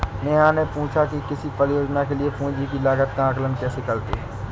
नेहा ने पूछा कि किसी परियोजना के लिए पूंजी की लागत का आंकलन कैसे करते हैं?